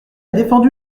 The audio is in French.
défendu